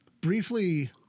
briefly